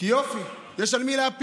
כי יופי, יש על מי להפיל,